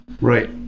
right